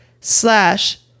slash